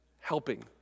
helping